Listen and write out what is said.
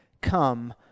Come